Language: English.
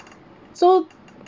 so